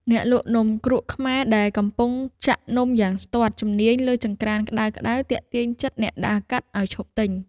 អ្នកលក់នំគ្រក់ខ្មែរដែលកំពុងចាក់នំយ៉ាងស្ទាត់ជំនាញលើចង្ក្រានក្ដៅៗទាក់ទាញចិត្តអ្នកដើរកាត់ឱ្យឈប់ទិញ។